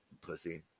pussy